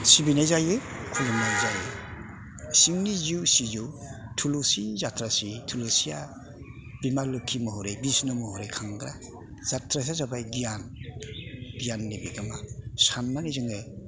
सिबिनाय जायो खुलुमनाय जायो सिबनि जिउ सिजौ थुलुसि जाथ्रासि थुलुसिया बिमा लोखि महरै बिष्णु महरै खांग्रा जाथ्रासिया जाबाय गियान गियाननि बिगोमा साननानै जोङो